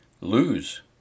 lose